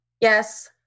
Yes